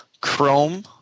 Chrome